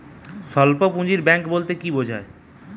স্বল্প পুঁজির ব্যাঙ্ক বলতে কি বোঝায়?